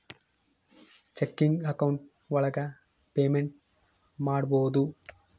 checking account ಒಳಗ payment ಮಾಡ್ಬೋದು